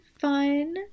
fun